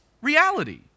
reality